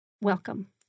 Welcome